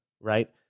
right